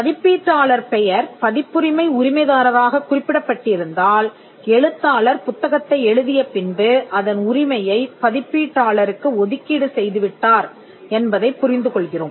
பதிப்பீட்டாளர் பெயர் பதிப்புரிமை உரிமைதாரராகக் குறிப்பிடப்பட்டிருந்தால் எழுத்தாளர் புத்தகத்தை எழுதிய பின்பு அதன் உரிமையைப் பதிப்பீட்டாளருக்கு ஒதுக்கீடு செய்துவிட்டார் என்பதைப் புரிந்து கொள்கிறோம்